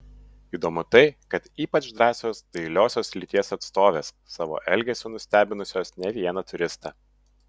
įdomu tai kad ypač drąsios dailiosios lyties atstovės savo elgesiu nustebinusios ne vieną turistą